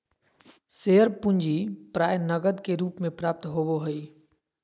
share पूंजी प्राय नकद के रूप में प्राप्त होबो हइ